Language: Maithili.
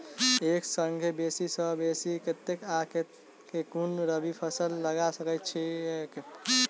एक संगे बेसी सऽ बेसी कतेक आ केँ कुन रबी फसल लगा सकै छियैक?